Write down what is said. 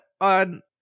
on